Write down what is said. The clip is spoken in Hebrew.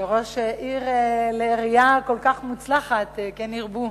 כראש עיר לעירייה כל כך מוצלחת, כן ירבו.